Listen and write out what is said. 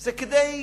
זה כדי,